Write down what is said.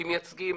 כמייצגים,